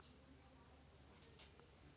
electronic हस्तांतरणासाठी दोन खाती आवश्यक असतात